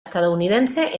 estadounidense